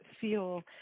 feel